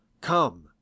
Come